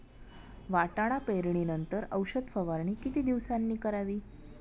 वाटाणा पेरणी नंतर औषध फवारणी किती दिवसांनी करावी?